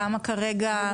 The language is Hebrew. כמה כרגע?